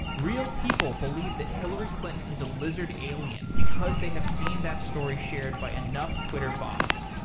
real people believe that hilary clinton is a lizard alien because they have seen that story shared by enough twitter bots.